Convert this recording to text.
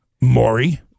Maury